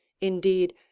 indeed